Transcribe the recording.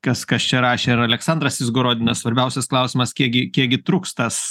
kas kas čia rašė ir aleksandras izgorodinas svarbiausias klausimas kiekgi kiekgi truks tas